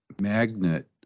magnet